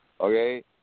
Okay